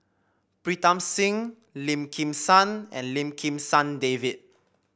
Pritam Singh Lim Kim San and Lim Kim San David